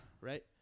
Right